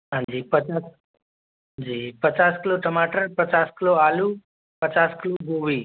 हाँ जी पचास जी पचास किलो टमाटर पचास किलो आलू पचास किलो गोभी